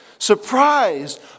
surprised